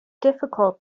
difficult